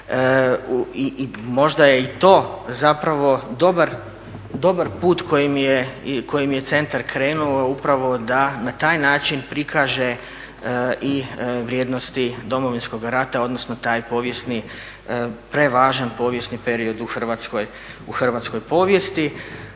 i možda je i to zapravo dobar put kojim je centar krenuo upravo da na taj način prikaže i vrijednosti Domovinskoga rata odnosno taj prevažan povijesni period u hrvatskoj povijesti,